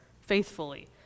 faithfully